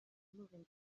moving